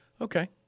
Okay